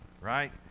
right